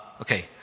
Okay